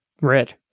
red